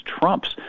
trumps